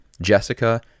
Jessica